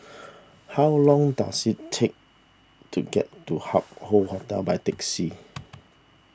how long does it take to get to Hup Hoe Hotel by taxi